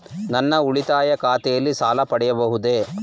ನನ್ನ ಉಳಿತಾಯ ಖಾತೆಯಲ್ಲಿ ಸಾಲ ಪಡೆಯಬಹುದೇ?